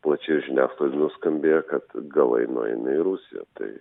plačiai žiniasklaidoje nuskambėjo kad galai nueina į rusiją tai